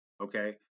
okay